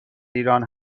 ایران